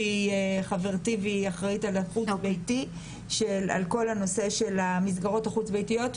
שהיא אחראית על כל הנושא של המסגרות החוץ ביתיות,